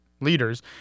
leaders